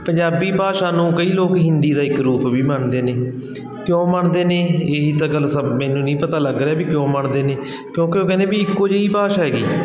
ਪੰਜਾਬੀ ਭਾਸ਼ਾ ਨੂੰ ਕਈ ਲੋਕ ਹਿੰਦੀ ਦਾ ਇੱਕ ਰੂਪ ਵੀ ਮੰਨਦੇ ਨੇ ਕਿਉਂ ਮੰਨਦੇ ਨੇ ਇਹੀ ਤਾਂ ਗੱਲ ਸਭ ਨੂੰ ਨਹੀਂ ਪਤਾ ਲੱਗਦਾ ਕਿਉਂ ਮੰਨਦੇ ਨੇ ਕਿਉਂਕਿ ਉਹ ਕਹਿੰਦੇ ਵੀ ਇੱਕੋ ਜਿਹੀ ਭਾਸ਼ਾ ਹੈਗੀ